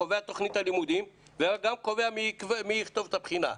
קובע את תכנית הלימודים ומי יכתוב את הבחינה.